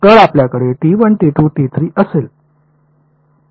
तर आपल्याकडे असेल